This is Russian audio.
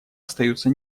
остаются